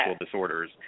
disorders